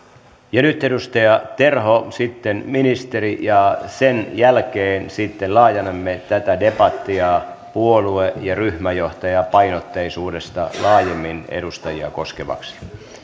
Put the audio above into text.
nyt edustaja terho sitten ministeri ja sen jälkeen sitten laajennamme tätä debattia puolue ja ryhmäjohtajapainotteisuudesta laajemmin edustajia koskevaksi